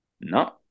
No